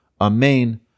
Amen